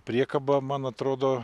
priekaba man atrodo